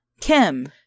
Kim